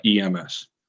EMS